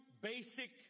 basic